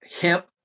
hemp